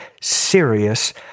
serious